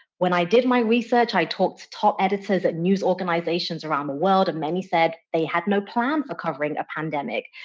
when i did my research, i talked to top editors at news organizations around the world and many said they had no plan for covering a pandemic.